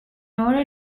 order